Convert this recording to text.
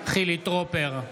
חילי טרופר,